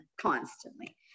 constantly